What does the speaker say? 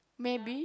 maybe